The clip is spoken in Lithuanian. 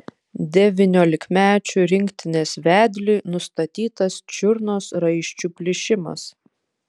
devyniolikmečių rinktinės vedliui nustatytas čiurnos raiščių plyšimas